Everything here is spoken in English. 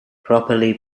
properly